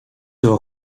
aux